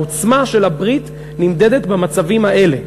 העוצמה של הברית נמדדת במצבים האלה.